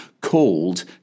called